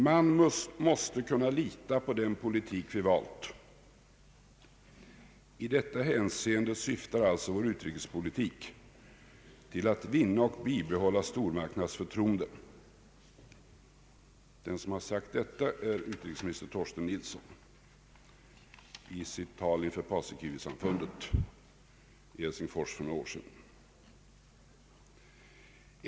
Man måste kunna lita på den politik vi valt. I detta hänseende syftar alltså vår utrikespolitik till att vinna och bibehålla stormakternas förtroende. Den som har sagt detta är utrikesminister Torsten Nilsson i ett tal inför Paasikivisamfundet i Helsingfors för några år sedan.